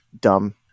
dumb